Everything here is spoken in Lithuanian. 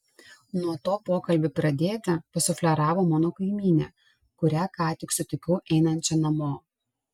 nuo to pokalbį pradėti pasufleravo mano kaimynė kurią ką tik sutikau einančią namo